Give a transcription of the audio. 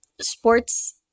sports